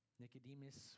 Nicodemus